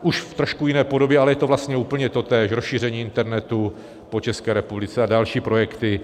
Už v trošku jiné podobě, ale je to vlastně úplně totéž rozšíření internetu po České republice a další projekty.